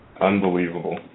Unbelievable